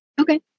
Okay